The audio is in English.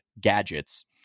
gadgets